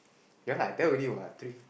ya I tell already what three